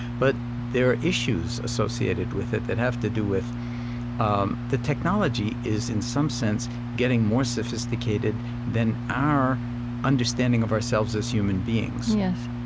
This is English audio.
but there are issues associated with it that have to do with um the technology is in some sense getting more sophisticated than our understanding of ourselves as human beings, yes,